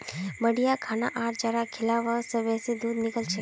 बढ़िया खाना आर चारा खिलाबा से बेसी दूध निकलछेक